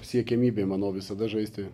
siekiamybė manau visada žaisti